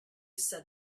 said